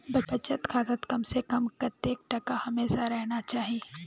बचत खातात कम से कम कतेक टका हमेशा रहना चही?